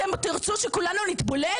אתם תרצו שכולנו נתבולל?